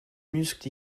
muscles